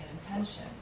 intention